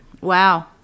Wow